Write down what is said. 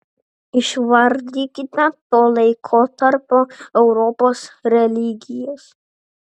išvardykite to laikotarpio europos religijas